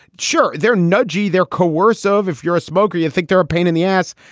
sure. there, nudgee there. coerce of if you're a smoker, you think they're a pain in the ass.